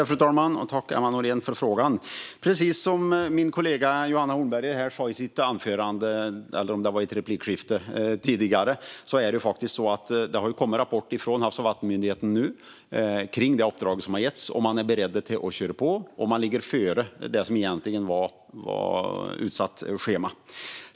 Fru talman! Tack, Emma Nohrén, för frågan! Precis som min kollega Johanna Hornberger sa i sitt anförande, eller om det var i ett replikskifte tidigare, har det faktiskt kommit rapporter från Havs och vattenmyndigheten kring det uppdrag som har getts. Man är beredd att köra på, och man ligger före det som egentligen var schemat.